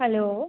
hello